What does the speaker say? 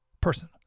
person